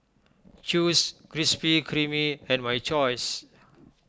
Chew's Krispy Kreme and My Choice